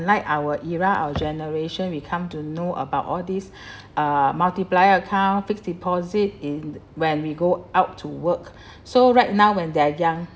~like our era our generation we come to know about all these uh multiplier account fixed deposit in when we go out to work so right now when they're young